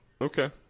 Okay